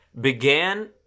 began